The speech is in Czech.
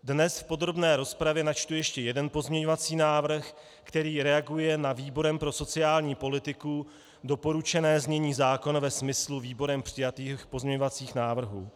Dnes v podrobné rozpravě načtu ještě jeden pozměňovací návrh, který reaguje na výborem pro sociální politiku doporučené znění zákona ve smyslu výborem přijatých pozměňovacích návrhů.